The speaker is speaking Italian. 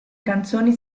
canzoni